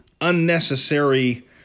unnecessary